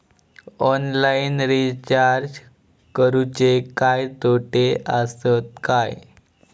Online recharge करुचे काय तोटे आसत काय?